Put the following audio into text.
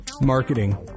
Marketing